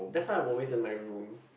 that's why I'm always in my room